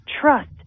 trust